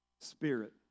spirit